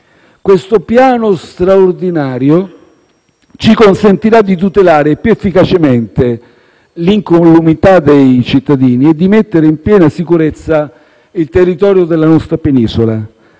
Questo piano straordinario ci consentirà di tutelare più efficacemente l'incolumità dei cittadini e di mettere in piena sicurezza il territorio della nostra penisola,